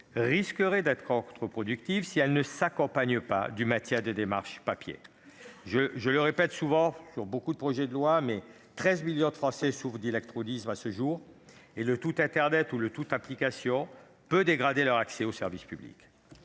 risque d'être contre-productive si celle-ci ne s'accompagne pas du maintien des démarches papier. Je l'ai dit à l'occasion de l'examen de nombreux textes : 13 millions de Français souffrent d'illectronisme à ce jour, et le tout internet ou le tout application peut dégrader leur accès au service public.